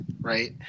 right